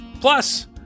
Plus